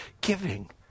giving